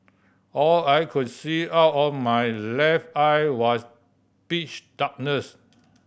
all I could see out of my left eye was pitch darkness